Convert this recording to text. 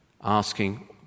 asking